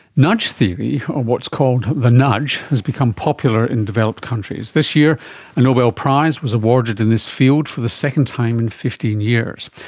nudge theory or what's called the nudge has become popular in developed countries. this year a nobel prize was awarded in this field for the second time in fifteen years.